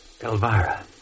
Elvira